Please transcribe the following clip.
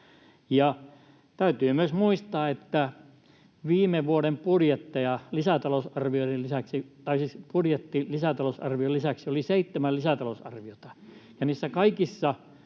täytyy myös muistaa, että viime vuoden talousarvion lisäksi oli seitsemän lisätalousarviota,